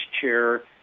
chair